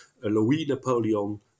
Louis-Napoleon